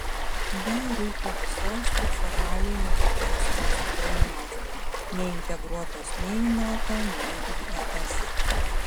jai reikia visos tik formaliai nepriklausomos ukrainos neintegruotos nei į nato nei į es